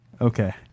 Okay